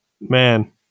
man